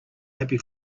happy